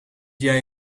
jij